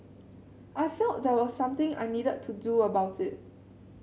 I felt there was something I needed to do about it